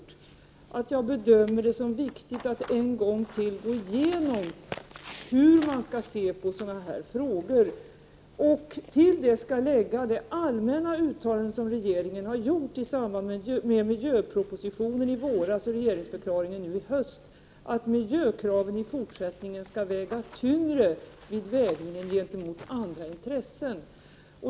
Till det skall läggas det allmänna uttalande som regeringen har gjort i samband med miljöpropositionen i våras och regeringsförklaringen nu i höst, nämligen att miljökraven i fortsättningen skall väga tyngre vid avvägningen gentemot andra intressen.